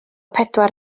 pedwar